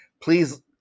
Please